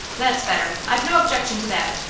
that's better. i've no objection to that.